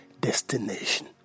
destination